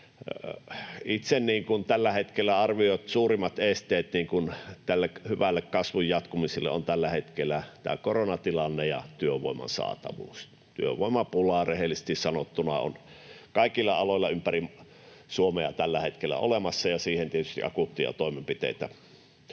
Itse tällä hetkellä arvioin, että suurimmat esteet tälle hyvälle kasvun jatkumiselle ovat tällä hetkellä tämä koronatilanne ja työvoiman saatavuus. Työvoimapula, rehellisesti sanottuna, on kaikilla aloilla ympäri Suomea tällä hetkellä olemassa, ja siihen tietysti akuutteja toimenpiteitä